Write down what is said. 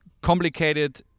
complicated